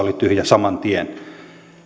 oli tyhjä saman tien